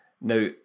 Now